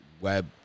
web